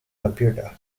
computer